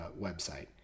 website